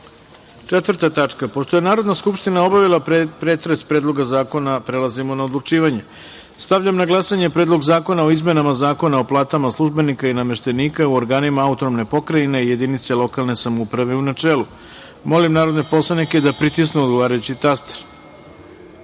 dnevnog reda. Pošto je Narodna skupština obavila pretres Predloga zakona, prelazimo na odlučivanje. Stavljam na glasanje Predlog zakona o izmenama Zakona o platama službenika i nameštenika u organima autonomne pokrajine i jedinice lokalne samouprave, u načelu. Molim narodne poslanike da pritisnu odgovarajući